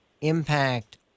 impact